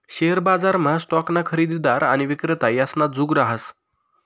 share बजारमा स्टॉकना खरेदीदार आणि विक्रेता यासना जुग रहास